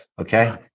Okay